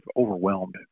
overwhelmed